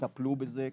טפלו בזה,